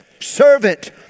Servant